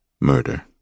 murder